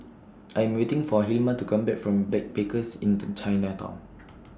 I Am waiting For Hilma to Come Back from Backpackers Inn The Chinatown